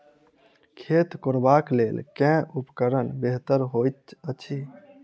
खेत कोरबाक लेल केँ उपकरण बेहतर होइत अछि?